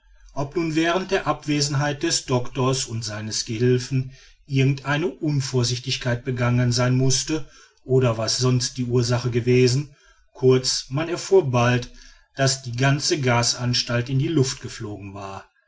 ob nun während der abwesenheit des doctors und seines gehilfen irgend eine unvorsichtigkeit begangen sein mußte oder was sonst die ursache gewesen kurz man erfuhr bald daß die ganze gasanstalt in die luft geflogen war